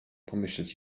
pomyśleć